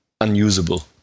unusable